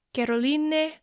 Caroline